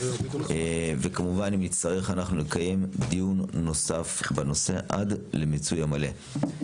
אם נצטרך נקיים דיון נוסף בנושא עד למיצוי המלא.